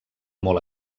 molt